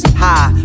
high